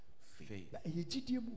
Faith